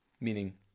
meaning